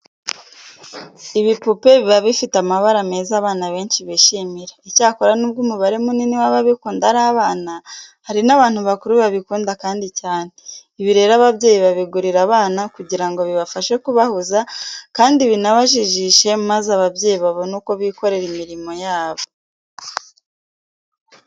Ibipupe biba bifite amabara meza abana benshi bishimira. Icyakora nubwo umubare munini w'ababikunda ari abana, hari n'abantu bakuru babikunda kandi cyane. Ibi rero ababyeyi babigurira abana kugira ngo bibafashe kubahuza kandi binabajijishe maze ababyeyi babone uko bikorera imirimo yabo.